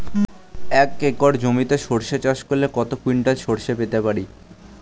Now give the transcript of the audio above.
এক একর জমিতে সর্ষে চাষ করলে কত কুইন্টাল সরষে পেতে পারি?